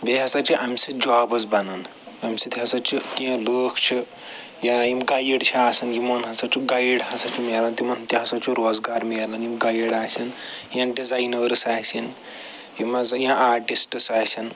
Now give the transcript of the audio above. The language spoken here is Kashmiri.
بیٚیہِ ہسا چھِ اَمہِ ستۍ جابٕز بنان اَمہِ سۭتۍ ہَسا چھِ کیٚنٛہہ لٕکھ چھِ یا یِم گایِڈ چھِ آسان یِمن ہَسا چھُ گایِڈ ہَسا چھِ مِلان تِمن تہِ ہَسا چھُ روزگار مِلان یِم گایِڈ آسن یا ڈِزینٲرٕس آسن یِمازا یا آٹِسٹٕس آسن